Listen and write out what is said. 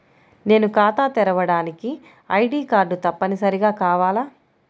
నేను ఖాతా తెరవడానికి ఐ.డీ కార్డు తప్పనిసారిగా కావాలా?